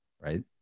right